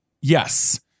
yes